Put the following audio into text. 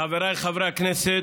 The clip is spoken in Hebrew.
חבריי חברי הכנסת,